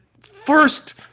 first